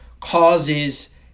causes